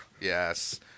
yes